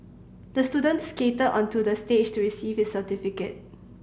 the student skated onto the stage to receive his certificate